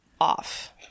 off